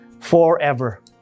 forever